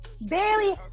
Barely